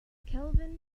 kelvin